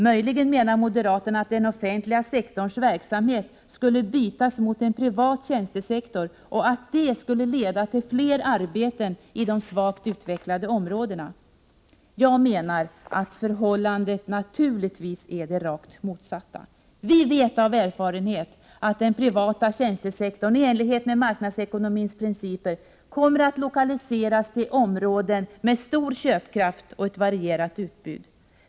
Möjligen menar moderaterna att den offentliga sektorns verksamhet skulle bytas ut mot en privat tjänstesektor och att det skulle leda till fler arbeten i de svagt utvecklade områdena. Förhållandet är naturligtvis det rakt motsatta. Vi vet av erfarenhet att den privata tjänstesektorn i enlighet med marknadsekonomins principer skulle komma att lokaliseras till områden med stor köpkraft och ett varierat utbud.